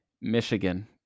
Michigan